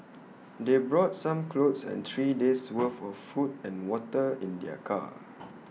they brought some clothes and three days' worth of food and water in their car